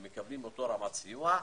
הם מקבלים אותה רמת סיוע.